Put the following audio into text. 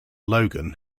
logan